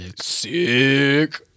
Sick